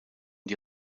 die